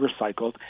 recycled